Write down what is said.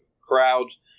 crowds